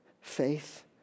Faith